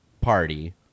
party